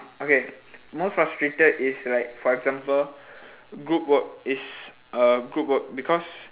okay most frustrated is like for example group work is uh group work because